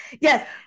yes